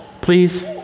Please